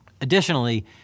Additionally